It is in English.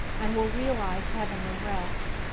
and will realize heavenly rest.